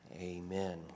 Amen